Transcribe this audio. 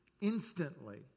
Instantly